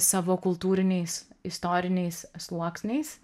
savo kultūriniais istoriniais sluoksniais